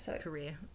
career